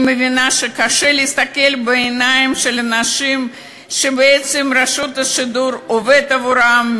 אני מבינה שקשה להסתכל בעיניים של אנשים שבעצם רשות השידור עובדת עבורם,